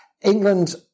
England